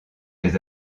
des